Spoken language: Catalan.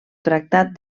tractat